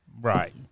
Right